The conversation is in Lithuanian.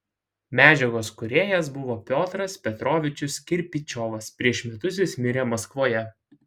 medžiagos kūrėjas buvo piotras petrovičius kirpičiovas prieš metus jis mirė maskvoje